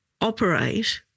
operate